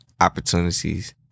opportunities